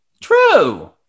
True